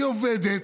היא עובדת,